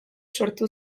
sortu